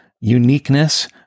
uniqueness